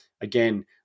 again